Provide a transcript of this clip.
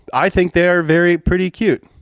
i think they're very pretty cute.